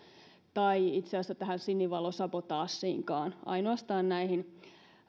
tai itse asiassa tähän sinivalosabotaasiinkaan ainoastaan näihin